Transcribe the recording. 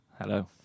Hello